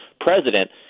president